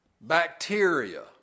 bacteria